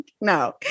no